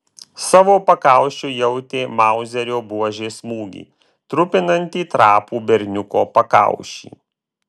savo pakaušiu jautė mauzerio buožės smūgį trupinantį trapų berniuko pakaušį